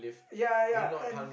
ya ya and